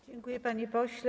Dziękuję, panie pośle.